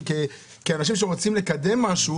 כאנשים שמנסים לקדם משהו.